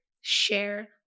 share